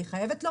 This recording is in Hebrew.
אני חייבת לומר,